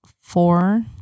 four